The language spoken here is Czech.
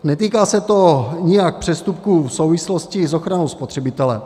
Netýká se to nijak přestupků v souvislosti s ochranou spotřebitele.